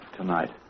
Tonight